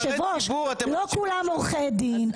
לא כולם עורכי דין.